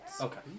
Okay